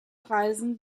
reisen